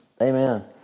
Amen